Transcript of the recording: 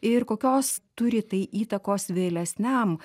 ir kokios turi tai įtakos vėlesniam